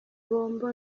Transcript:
bombo